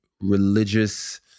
religious